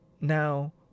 now